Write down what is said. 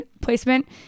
placement